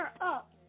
up